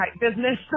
business